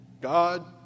God